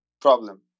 problem